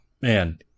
Man